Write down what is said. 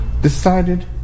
decided